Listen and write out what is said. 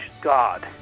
God